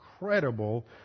incredible